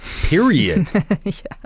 period